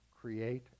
create